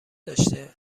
داشته